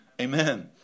Amen